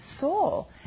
soul